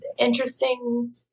interesting